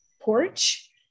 porch